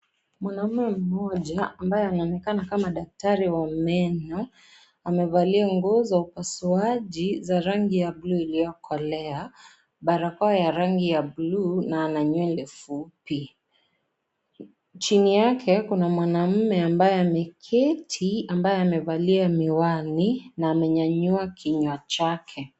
Mwanaume mmoja ambaye anaonekana kama daktari wa meno amevalia nuo za upasuaji za rangi ya buluu iliyokolea ,barakoa ya rangi ya buluu na nywele fupi ,chini yake kuna mwanume ambaye ameketi ambaye amevalia mihiwani na amenyanyua kinywa chake.